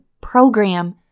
program